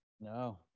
No